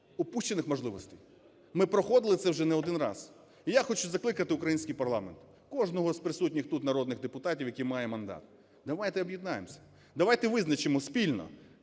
упущених можливостей. Ми проходили це вже не один раз. І я хочу закликати український парламент, кожного з присутніх тут народних депутатів, який має мандат: давайте об'єднаємося, давайте визначимо спільно